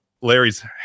Larry's